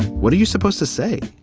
what are you supposed to say?